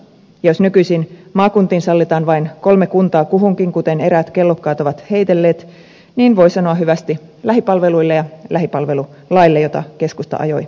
jos nykyisin maakuntiin sallitaan vain kolme kuntaa kuhunkin kuten eräät kellokkaat ovat heitelleet niin voi sanoa hyvästi lähipalveluille ja lähipalvelulaille jota keskusta ajoi vaaleissa